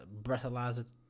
breathalyzer